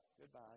Goodbye